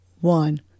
one